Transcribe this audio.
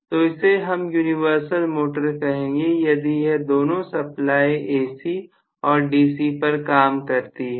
तो इसे हम यूनिवर्सल मोटर कहेंगे यदि यह दोनों सप्लाई AC और DC पर काम करती है